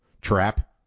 trap